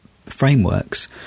frameworks